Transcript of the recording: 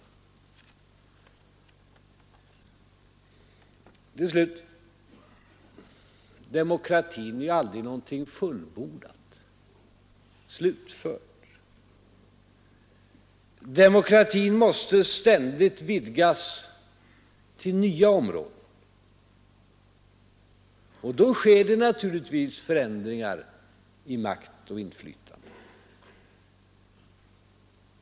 Slutligen blir demokratin aldrig något fullbordat och slutfört. Demokratin måste ständigt vidgas till nya områden. Och då sker det naturligtvis förändringar i makt och inflytande.